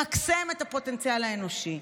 למקסם את הפוטנציאל האנושי.